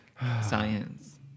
Science